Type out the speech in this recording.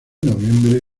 noviembre